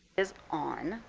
is on.